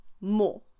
more